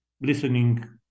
listening